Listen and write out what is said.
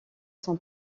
son